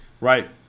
right